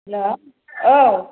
हेल' औ